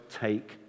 take